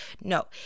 no